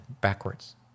backwards